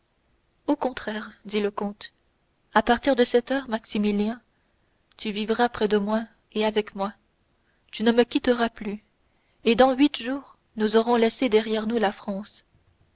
au contraire dit le comte à partir de cette heure maximilien tu vivras près de moi et avec moi tu ne me quitteras plus et dans huit jours nous aurons laissé derrière nous la france